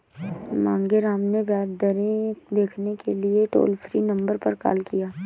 मांगेराम ने ब्याज दरें देखने के लिए टोल फ्री नंबर पर कॉल किया